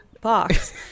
box